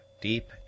deep